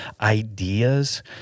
ideas